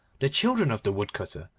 the children of the woodcutter,